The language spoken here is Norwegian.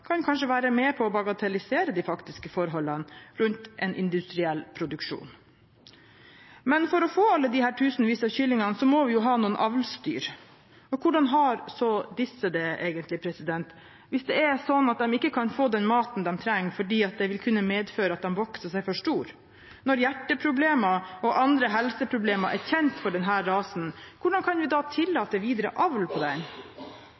kan kanskje være med på å bagatellisere de faktiske forholdene rundt en industriell produksjon. Men for å få alle disse tusenvis av kyllingene må vi ha noen avlsdyr. Hvordan har så disse det, egentlig, hvis det er sånn at de ikke kan få den maten de trenger fordi det vil kunne medføre at de vokser seg for store? Når hjerteproblemer og andre helseproblemer er kjent for denne rasen, hvordan kan vi da tillate videre avl på den?